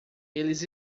eles